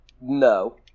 No